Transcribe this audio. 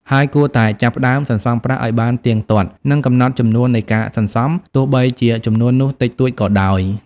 ហើយគួរតែ ចាប់ផ្ដើមសន្សំប្រាក់ឱ្យបានទៀងទាត់ និងកំណត់ចំនួននៃការសន្សំ ទោះបីជាចំនួននោះតិចតួចក៏ដោយ។